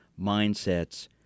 mindsets